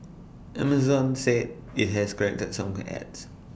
Amazon said IT has corrected some ads